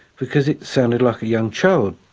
because it sounded like a young child,